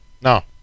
No